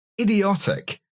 idiotic